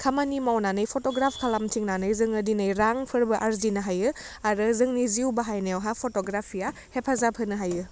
खामानि मावनानै फट'ग्राप खालामथिंनानै जोङो दिनै रांफोरबो आरजिनो हायो आरो जोंनि जिउ बाहायनायावहा फट'ग्राफिआ हेफाजाब होनो हायो